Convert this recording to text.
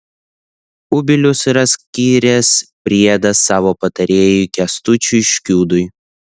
kubilius yra skyręs priedą savo patarėjui kęstučiui škiudui